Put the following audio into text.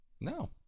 No